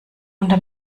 unter